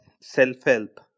Self-help